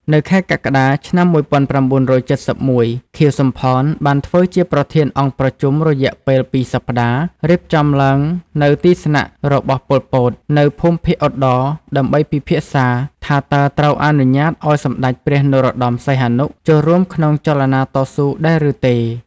នៅខែកក្កដា ឆ្នាំ ១៩៧១ ខៀវ សំផន បានធ្វើជាប្រធានអង្គប្រជុំរយៈពេលពីរសប្តាហ៍ រៀបចំឡើងនៅទីស្នាក់របស់ ប៉ុល ពត នៅភូមិភាគឧត្តរ ដើម្បីពិភាក្សាថា តើត្រូវអនុញ្ញាតឱ្យសម្តេចព្រះ នរោត្តម សីហនុ ចូលរួមក្នុងចលនាតស៊ូដែរឬទេ ។